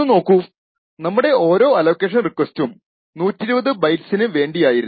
ഒന്ന് നോക്കൂ നമ്മുടെ ഓരോ അലോക്കേഷൻ റിക്വസ്റ്റും 120 ബൈറ്റ്സിന് വേണ്ടിയായിരുന്നു